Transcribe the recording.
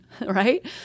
right